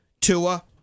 Tua